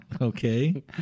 Okay